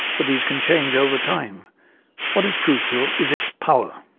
for these can change over time what is crucial is its power.